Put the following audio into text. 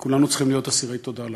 וכולנו צריכים להיות אסירי תודה להם.